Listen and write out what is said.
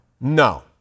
No